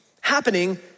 happening